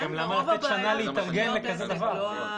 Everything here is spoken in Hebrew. למה לתת שנה להתארגן לדבר כזה?